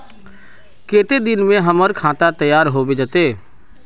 केते दिन में हमर खाता तैयार होबे जते?